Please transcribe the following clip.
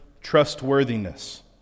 trustworthiness